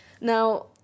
Now